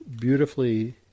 beautifully